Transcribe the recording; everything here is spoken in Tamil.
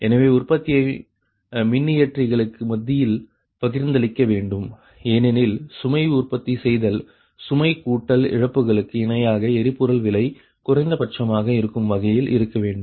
எனவே உற்பத்தியை மின்னியற்றிகளுக்கு மத்தியில் பகிர்ந்தளிக்க வேண்டும் ஏனெனில் சுமை உற்பத்தி செய்தல் சுமை கூட்டல் இழப்புகளுக்கு இணையாக எரிபொருள் விலை குறைந்தபட்சமாக இருக்கும் வகையில் இருக்க வேண்டும்